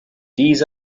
these